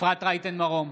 אפרת רייטן מרום,